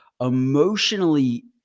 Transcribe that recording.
emotionally